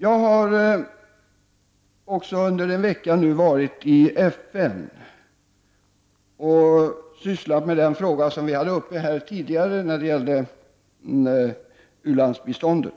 Jag har nu också under en vecka varit i FN och sysslat med den fråga som vi hade uppe här tidigare när det gällde u-landsbiståndet.